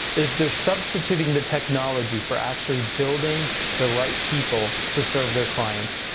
is they're substituting the technology for actually building the right people to serve their clients,